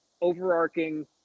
overarching